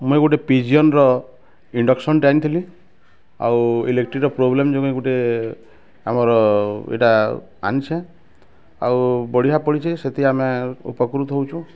ମୁଇଁ ଗୁଟେ ପିଜଅନ୍ ର ଇଂଡକ୍ସନ୍ ଟେ ଆଣିଥିଲି ଆଉ ଇଲେକ୍ଟ୍ରି ର ପ୍ରୋବ୍ଲେମ୍ ଯୋଗୁ ଗୁଟେ ଆମର୍ ଇଟା ଆନିଛେ ଆଉ ବଢିଆ ପଡ଼ି଼ଛେ ସେଥି ଆମେ ଉପକୃତ ହେଉଛୁଁ